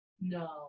No